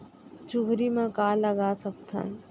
चुहरी म का लगा सकथन?